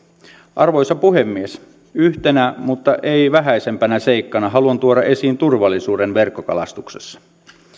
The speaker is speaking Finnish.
arvoisa puhemies yhtenä mutta ei vähäisimpänä seikkana haluan tuoda esiin turvallisuuden verkkokalastuksessa